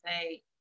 say